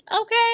okay